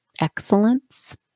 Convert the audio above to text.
excellence